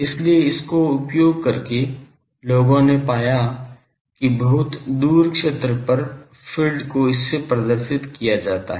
इसलिए इसको उपयोग करके लोगों ने पाया कि बहुत दूर क्षेत्र पर फ़ील्ड को इससे प्रदर्शित किया जाता है